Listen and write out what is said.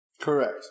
Correct